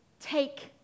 take